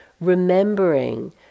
remembering